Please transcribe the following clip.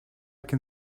can